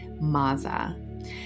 maza